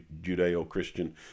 judeo-christian